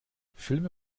filme